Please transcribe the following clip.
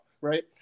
right